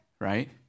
right